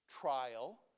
trial